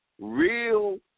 Real